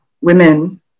women